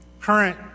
current